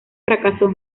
fracasó